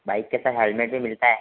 bike के साथ helmet भी मिलता है